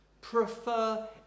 prefer